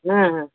ಹಾಂ ಹಾಂ